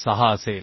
76 असेल